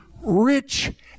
rich